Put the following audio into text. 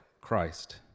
Christ